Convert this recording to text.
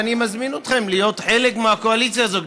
ואני מזמין אתכם להיות חלק מהקואליציה הזאת.